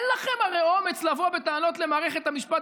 הרי אין לכם אומץ לבוא בטענות למערכת המשפט